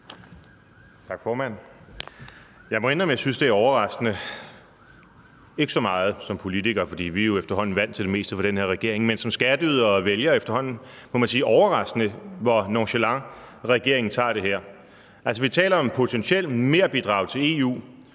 Tak, formand. Jeg må indrømme, at jeg synes, det er overraskende – ikke så meget som politiker, for vi er jo efterhånden vant til det meste fra den her regerings side, men som skatteyder og vælger må man efterhånden sige, at det er overraskende, hvor nonchalant regeringen tager det her. Altså, vi taler om et potentielt merbidrag til EU